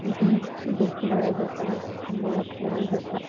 लेकिन दूध पिलाया जाता है मेवा खिलाया जाता